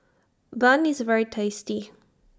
Bun IS very tasty